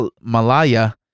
Malaya